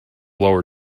lower